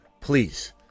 please